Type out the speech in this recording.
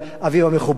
אביו המכובד,